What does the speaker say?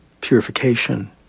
purification